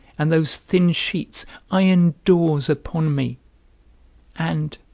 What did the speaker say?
and those thin sheets iron doors upon me and,